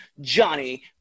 Johnny